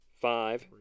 Five